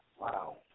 Wow